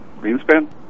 Greenspan